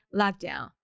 lockdown